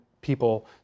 people